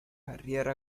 carriera